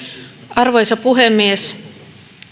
arvoisa puhemies